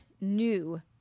new